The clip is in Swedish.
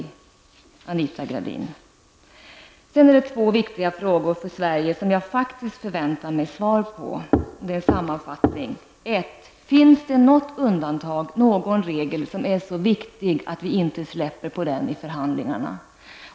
Sammanfattningsvis är det två för Sverige viktiga frågor som jag faktiskt förväntar mig svar på. För det första: Finns det något undantag, någon regel, som är så viktig att vi inte släpper på den i förhandlingarna?